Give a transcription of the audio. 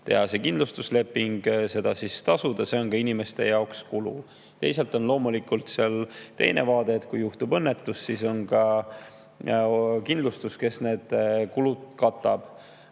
teha kindlustusleping ja selle ees tuleb tasuda, see on ka inimeste jaoks kulu. Teisalt on loomulikult seal ka teine vaade, et kui juhtub õnnetus, siis oleks ka kindlustus, kes need kulud katab.